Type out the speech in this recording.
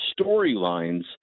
storylines